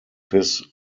his